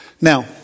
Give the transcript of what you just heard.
Now